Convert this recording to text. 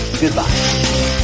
Goodbye